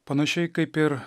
panašiai kaip ir